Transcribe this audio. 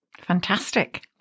Fantastic